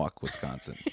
Wisconsin